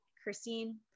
Christine